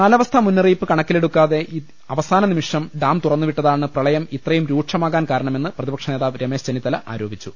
കാലാവസ്ഥാമുന്നറിയിപ്പ് കണക്കിലെടുക്കാതെ അവസാന നിമിഷം ഡാം തുറന്നുവിട്ടതാണ് പ്രളയം ഇത്രയും രൂക്ഷമാകാൻ കാരണമെന്ന് പ്രതിപക്ഷനേതാവ് രമേശ് ചെന്നിത്തല ആരോപി ച്ചു